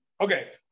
Okay